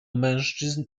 mężczyzn